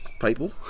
people